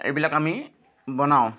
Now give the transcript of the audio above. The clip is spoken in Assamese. এইবিলাক আমি বনাওঁ